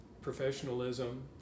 professionalism